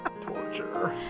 Torture